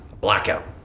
Blackout